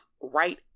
right